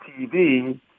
tv